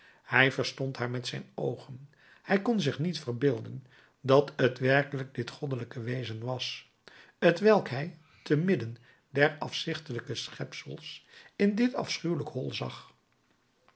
hij verstond haar met zijn oogen hij kon zich niet verbeelden dat het werkelijk dit goddelijke wezen was t welk hij te midden dezer afzichtelijke schepsels in dit afschuwlijk hol zag